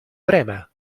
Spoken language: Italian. brema